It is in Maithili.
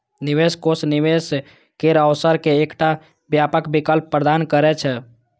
निवेश कोष निवेश केर अवसर के एकटा व्यापक विकल्प प्रदान करै छै